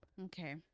Okay